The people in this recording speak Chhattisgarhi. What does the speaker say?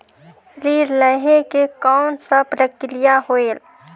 ऋण लहे के कौन का प्रक्रिया होयल?